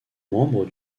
membre